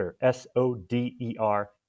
S-O-D-E-R